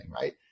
right